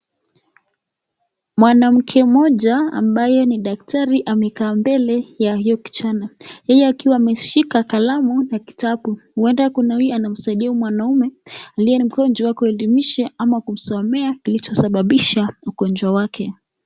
Mwanamke mmoja ambaye ni daktari amekaa mbele ya hiyo kijana yeye akiwa ameshika kalamu na kitabu, huenda kuna huyu anamsaidia huyu mwanaume aliyemgonjwa kuelimisha ama kumsomea kilichosababisha ugonjwa wake.